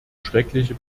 schreckliche